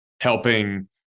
helping